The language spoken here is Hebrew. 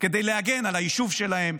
כדי להגן על היישוב שלהם,